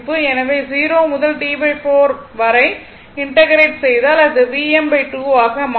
எனவே 0 முதல் T4 வரை இன்டெக்ரேட் செய்தால் அது Vm2 ஆக மாறும்